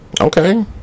Okay